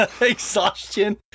Exhaustion